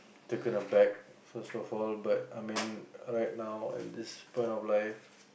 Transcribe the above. taken aback first of all but I mean right now at this point of life